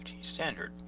standard